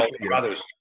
brothers